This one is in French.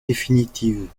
définitives